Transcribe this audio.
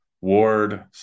Ward